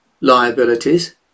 liabilities